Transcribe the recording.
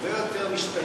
הרבה יותר משתלמת